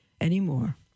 anymore